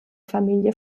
familie